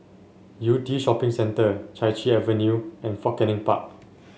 Yew Tee Shopping Centre Chai Chee Avenue and Fort Canning Park